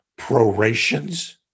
prorations